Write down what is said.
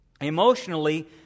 Emotionally